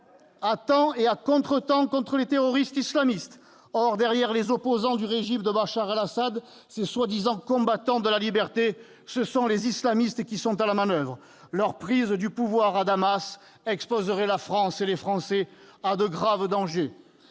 à temps et à contretemps contre les terroristes islamistes. Or, derrière les opposants au régime de Bachar al-Assad, ces soi-disant « combattants de la liberté », ce sont les islamistes qui sont à la manoeuvre. Leur prise du pouvoir à Damas exposerait la France et les Français à de graves dangers.